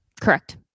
Correct